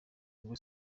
ubwo